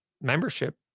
membership